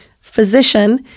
physician